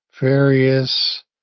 various